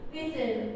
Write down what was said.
Listen